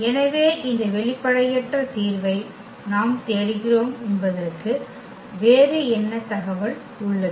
எனவே இந்த வெளிப்படையற்ற தீர்வை நாம் தேடுகிறோம் என்பதற்கு வேறு என்ன தகவல் உள்ளது